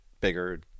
bigger